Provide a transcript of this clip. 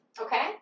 Okay